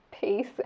peace